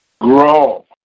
grow